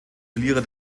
verlierer